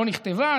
לא נכתבה,